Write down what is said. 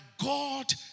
God